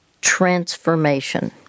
transformation